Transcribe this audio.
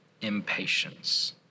impatience